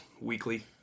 weekly